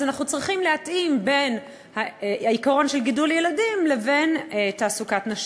אנחנו צריכים להתאים את העיקרון של גידול ילדים לתעסוקת נשים.